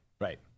Right